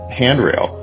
handrail